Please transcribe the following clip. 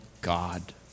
God